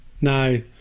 No